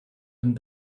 den